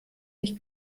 nicht